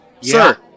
Sir